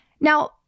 now